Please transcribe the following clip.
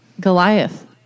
Goliath